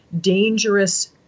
dangerous